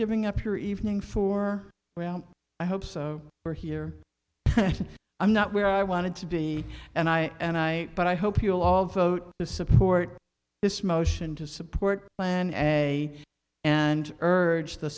giving up your evening for well i hope so for here i'm not where i wanted to be and i and i but i hope you'll all vote to support this motion to support plan ebay and urge t